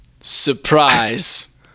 Surprise